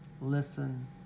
listen